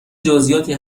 جزییاتی